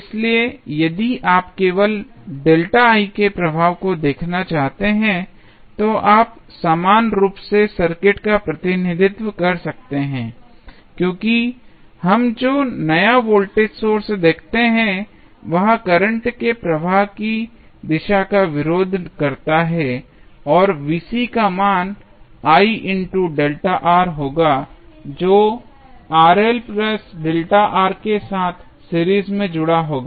इसलिए यदि आप केवल के प्रभाव को देखना चाहते हैं तो आप समान रूप से सर्किट का प्रतिनिधित्व कर सकते हैं क्योंकि हम जो नया वोल्टेज सोर्स देखते हैं वह करंट के प्रवाह की दिशा का विरोध करता है और का मान होगा जो के साथ सीरीज में जुड़ा होगा